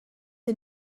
est